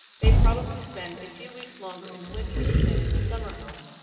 they probably spend a few weeks longer in the winter than in the summer home,